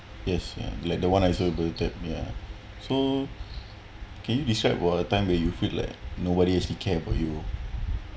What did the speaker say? yes ya like the one I told that ya so can you describe where a time where you feel like nobody actually care about you